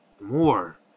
more